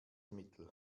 mittel